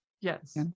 Yes